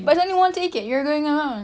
but it's only one ticket you're going alone